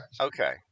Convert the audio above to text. okay